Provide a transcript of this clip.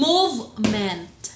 Movement